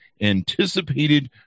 anticipated